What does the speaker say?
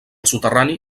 soterrani